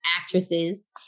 actresses